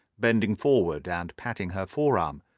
bending forward and patting her forearm.